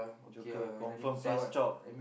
Joker confirm plus chop